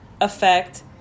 affect